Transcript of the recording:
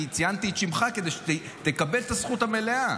ציינתי את שמך כדי שתקבל את הזכות המלאה,